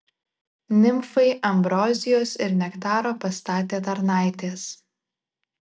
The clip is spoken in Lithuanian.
nimfai ambrozijos ir nektaro pastatė tarnaitės